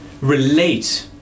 relate